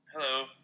Hello